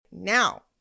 now